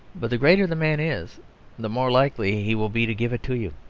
but the greater the man is the more likely he will be to give it to you.